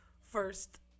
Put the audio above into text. First